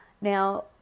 Now